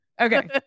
Okay